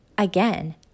Again